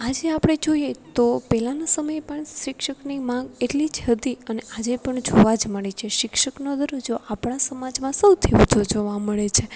આજે આપણે જોઈએ તો પહેલાં સમય પણ શિક્ષકની માંગ એટલી જ હતી અને આજે પણ જોવા મળી છે શિક્ષકનો દરજ્જો આપણા સમાજમાં સૌથી વધુ જોવા મળે છે